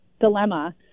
dilemma